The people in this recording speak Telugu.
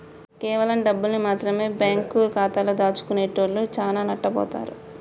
కేవలం డబ్బుల్ని మాత్రమె బ్యేంకు ఖాతాలో దాచుకునేటోల్లు చానా నట్టబోతారు